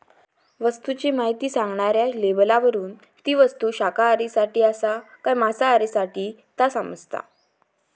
वस्तूची म्हायती सांगणाऱ्या लेबलावरून ती वस्तू शाकाहारींसाठी आसा काय मांसाहारींसाठी ता समाजता